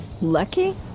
Lucky